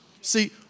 See